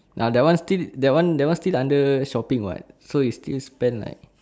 uh that one still that one that one still under shopping [what] so you still spend like